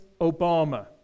obama